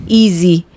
easy